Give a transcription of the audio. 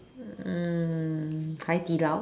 um Hai-Di-Lao